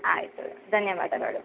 ಆಯಿತು ಧನ್ಯವಾದಗಳು